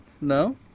No